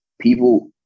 people